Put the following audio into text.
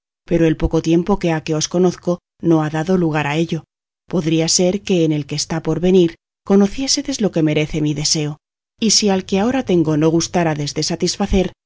pero el poco tiempo que ha que os conozco no ha dado lugar a ello podría ser que en el que está por venir conociésedes lo que merece mi deseo y si al que ahora tengo no gustáredes de satisfacer